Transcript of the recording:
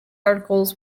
articles